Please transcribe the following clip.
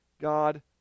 God